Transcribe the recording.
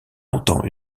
longtemps